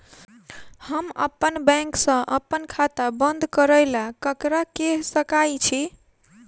हम अप्पन बैंक सऽ अप्पन खाता बंद करै ला ककरा केह सकाई छी?